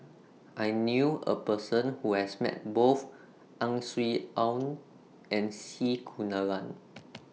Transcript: I knew A Person Who has Met Both Ang Swee Aun and C Kunalan